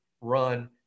run –